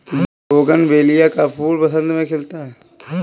bougainvillea का फूल बसंत में खिलता है